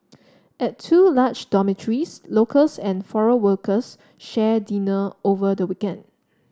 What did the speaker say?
at two large dormitories locals and foreign workers shared dinner over the weekend